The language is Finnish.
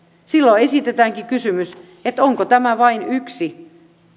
silloin esitetäänkin kysymys onko tämä vain yksi